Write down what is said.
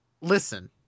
Listen